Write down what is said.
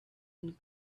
and